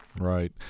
Right